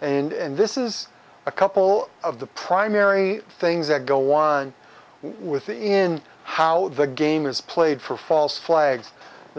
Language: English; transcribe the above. and this is a couple of the primary things that go on with the in how the game is played for false flags the